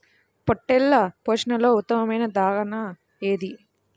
పొట్టెళ్ల పోషణలో ఉత్తమమైన దాణా ఏది?